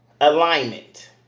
alignment